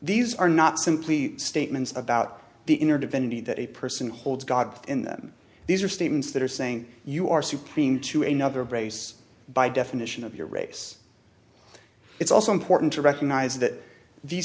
these are not simply statements about the inner divinity that a person holds god in them these are statements that are saying you are supremum to another brace by definition of your race it's also important to recognize that the